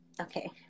Okay